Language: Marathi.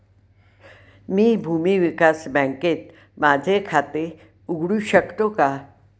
मी भूमी विकास बँकेत माझे खाते उघडू शकतो का?